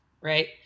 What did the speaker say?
right